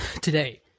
today